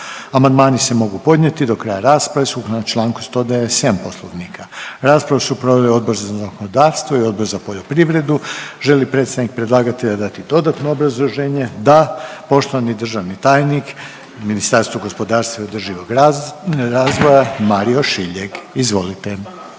Amandmani se mogu podnijeti do kraja rasprave sukladno čl. 197. Poslovnika. Raspravu su proveli Odbor za zakonodavstvo i Odbor za poljoprivredu. Želi li predstavnik predlagatelja dati dodatno obrazloženje? Da. Poštovani državni tajnik u Ministarstvu gospodarstva i održivog razvoja Mario Šiljeg, izvolite.